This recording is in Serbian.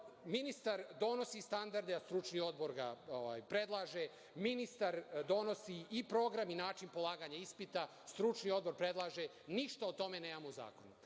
ministar donosi standarde, a stručni odbor ga predlaže. Ministar donosi i program i način polaganja ispita, stručni odbor predlaže. Ništa o tome nemamo u zakonu. Problem